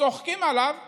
צוחקים עליו ואומרים: